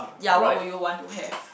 ya what would you want to have